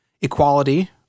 Equality